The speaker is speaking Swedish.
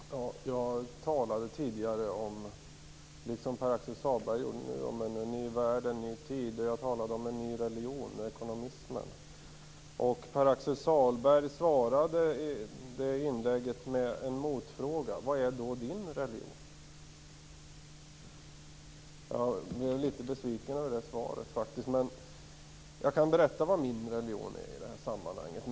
Fru talman! Jag talade tidigare, liksom Pär-Axel Sahlberg gjorde nu, om en ny värld, en ny tid. Jag talade också om en ny religion, ekonomismen. Pär Axel Sahlberg besvarade mitt inlägg med en motfråga, nämligen vilken min religion är. Jag blev faktiskt litet besviken över svaret. Men jag kan berätta vilken min religion är i det här sammanhanget.